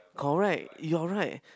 correct you're right